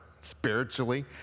spiritually